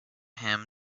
him